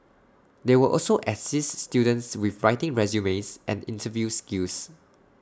they will also assist students with writing resumes and interview skills